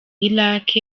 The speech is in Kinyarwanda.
iraq